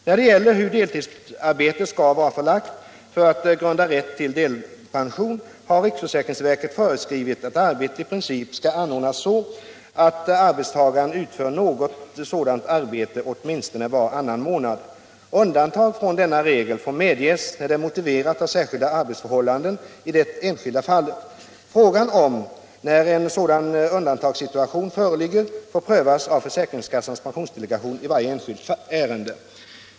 När det gäller hur deltidsarbetet skall vara förlagt för att grunda rätt till delpension har riksförsäkringsverket föreskrivit att arbetet i princip skall anordnas så att arbetstagaren utför något sådant arbete åtminstone varannan månad. Undantag från denna regel får medges när det är motiverat av särskilda arbetsförhållanden i det enskilda fallet. Frågan om när en sådan undantagssituation föreligger får prövas av försäkringskassans pensionsdelegation i varje enskilt ärende.